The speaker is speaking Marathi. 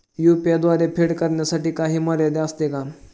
यु.पी.आय द्वारे फेड करण्यासाठी काही मर्यादा असते का?